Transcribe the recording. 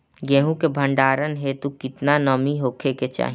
गेहूं के भंडारन हेतू कितना नमी होखे के चाहि?